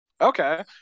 Okay